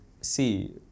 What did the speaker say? see